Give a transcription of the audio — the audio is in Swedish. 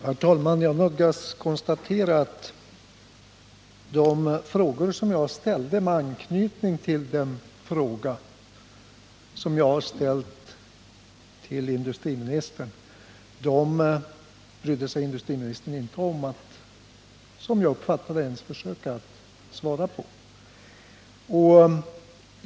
Herr talman! Jag nödgas konstatera att industriministern, som jag uppfattade det, inte ens brydde sig om att försöka uppmärksamma de frågor som jag har ställt med anknytning till den fråga som jag riktade till industriministern.